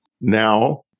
Now